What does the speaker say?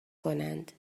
کنند